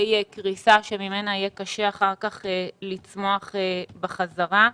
קריסה ממנה יהיה אחר כך קשה לצמוח בחזרה.